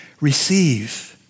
Receive